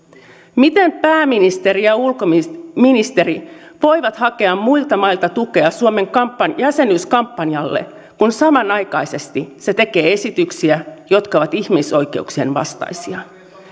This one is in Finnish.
miten pääministeri ja ulkoministeri voivat hakea muilta mailta tukea suomen jäsenyyskampanjalle kun samanaikaisesti hallitus tekee esityksiä jotka ovat ihmisoikeuksien vastaisia